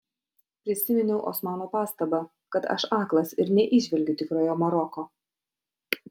prisiminiau osmano pastabą kad aš aklas ir neįžvelgiu tikrojo maroko